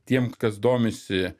tiem kas domisi